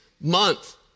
month